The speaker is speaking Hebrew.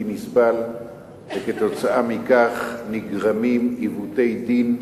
נסבל וכתוצאה מכך נגרמים עיוותי דין.